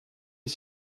est